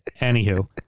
Anywho